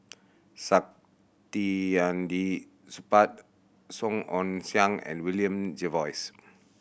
Saktiandi Supaat Song Ong Siang and William Jervois